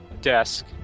desk